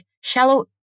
Shallow